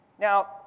Now